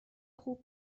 خوب